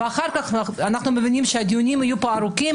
אנחנו מבינים שהדיונים יהיו פה ארוכים,